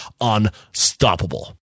unstoppable